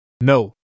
No